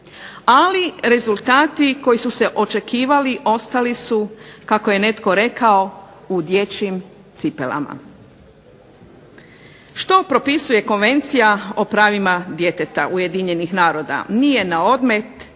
ali rezultati koji su se očekivali ostali su kako je netko rekao u dječjim cipelama. Što propisuje Konvencija o pravima djeteta Ujedinjenih naroda, nije na odmet